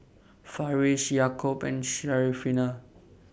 Farish Yaakob and Syarafina